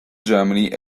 germany